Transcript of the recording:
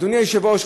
אדוני היושב-ראש,